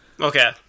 okay